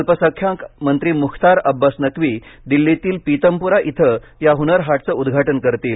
अल्पसंख्याक मंत्री मुख्तार अब्बास नक्वी दिल्लीतील पितमपुरा इथं या हुनर हाटचं उद्घाटन करतील